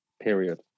Period